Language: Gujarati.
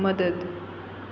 મદદ